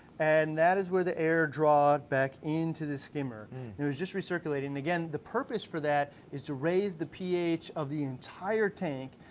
and that is where the air drawback into the skimmer, and it was just recirculating and again, the purpose for that, is to raise the ph of the entire tank,